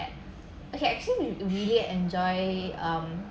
okay actually I really enjoy um